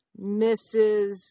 Mrs